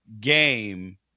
game